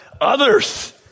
Others